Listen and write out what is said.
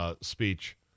speech